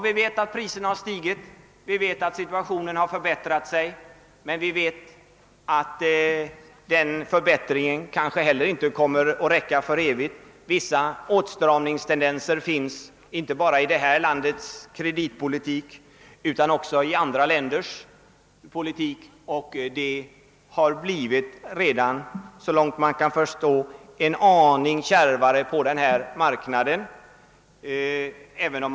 Vi vet att priserna har stigit, vi vet:att situationen har förbättrats, men vi vet också att den förbättringen kanske inte kommer att räcka för evigt. Vissa ålstramningstendenser finns inte bara i det här landets kreditpolitik utan också i andra länders, och det har så långt man kan förstå blivit en aning kärvare på denna marknad. även om.